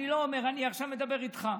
אני לא אומר, אני עכשיו מדבר איתך.